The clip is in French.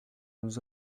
nous